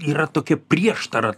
yra tokia prieštara